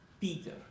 Peter